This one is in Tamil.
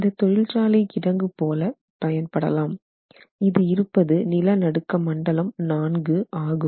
இந்தத் தொழிற்சாலை கிடங்கு போல பயன்படலாம் இது இருப்பது நிலநடுக்க மண்டலம் IV ஆகும்